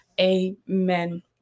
Amen